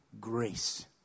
grace